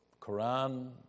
Quran